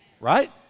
Right